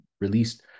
released